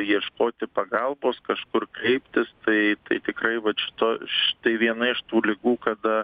ieškoti pagalbos kažkur kreiptis tai tikrai vat šito štai viena iš tų ligų kada